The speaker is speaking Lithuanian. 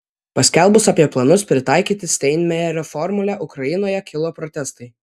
paskelbus apie planus pritaikyti steinmeierio formulę ukrainoje kilo protestai